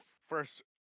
first